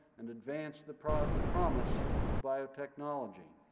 and advance the promise the promise of biotechnology.